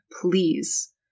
please